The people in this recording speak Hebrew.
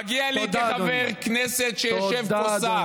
מגיע לי כחבר כנסת שישב פה שר.